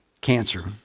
cancer